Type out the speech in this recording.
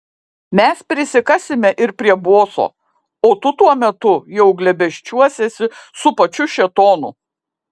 mes prisikasime ir prie boso o tu tuo metu jau glėbesčiuosiesi su pačiu šėtonu